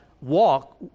walk